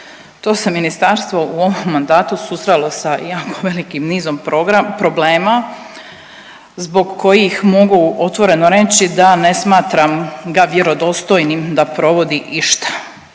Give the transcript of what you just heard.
To se ministarstvo u ovom mandatu susrelo sa jako velikim nizom problema zbog kojih mogu otvoreno reći da ne smatram ga vjerodostojnim da provodi išta.